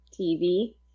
TV